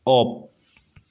off